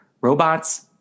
robots